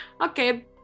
Okay